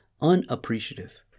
unappreciative